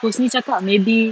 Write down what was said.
husni cakap maybe